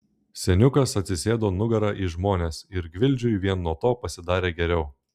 seniukas atsisėdo nugara į žmones ir gvildžiui vien nuo to pasidarė geriau